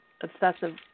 obsessive